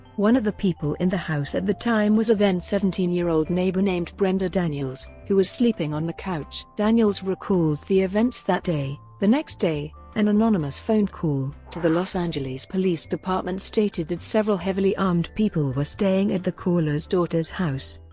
one of the people in the house at the time was a then seventeen year old neighbor named brenda daniels, who was sleeping on the couch. daniels recalls the events that day the next day, an anonymous phone call to the los angeles police department stated that several heavily armed people were staying at the caller's daughter's house.